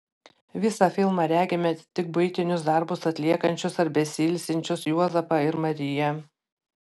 visą filmą regime tik buitinius darbus atliekančius ar besiilsinčius juozapą ir mariją